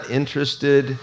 interested